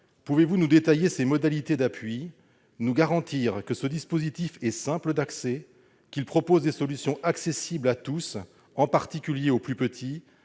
pouvez-vous nous détailler ces modalités d'appui, nous garantir que ce dispositif est simple d'accès et prévoit des solutions accessibles à tous, en particulier aux plus petits,